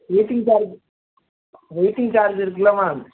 waiting charge waiting charge இருக்குல்ல ma'am